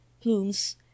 plumes